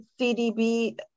CDB